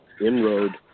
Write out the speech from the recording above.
inroad